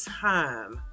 time